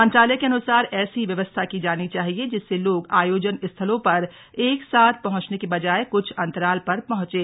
मंत्रालय के अन्सार ऐसी व्यवस्था की जानी चाहिए जिससे लोग आयोजन स्थलों पर एक साथ पहंचने की बजाय कृछ अंतराल पर पहंचे